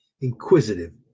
Inquisitive